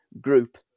group